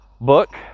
book